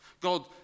God